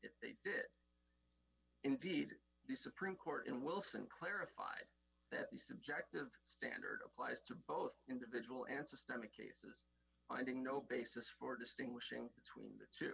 if they did indeed the supreme court in wilson clarified that the subjective standard applies to both individual answer stomach cases i ding no basis for distinguishing between the